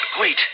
Wait